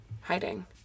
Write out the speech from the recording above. hiding